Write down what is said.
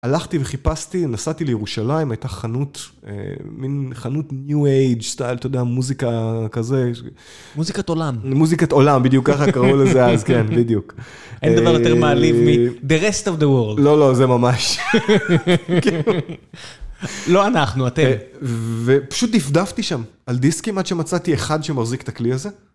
הלכתי וחיפשתי, נסעתי לירושלים, הייתה חנות, מין חנות New Age סטייל, אתה יודע, מוזיקה כזה. מוזיקת עולם. מוזיקת עולם, בדיוק ככה קראו לזה אז, כן, בדיוק. אין דבר יותר מעליב מ- The rest of the world. לא, לא, זה ממש. לא אנחנו, אתם. פשוט ודפדפתי שם, על דיסקים, עד שמצאתי אחד שמחזיק את הכלי הזה.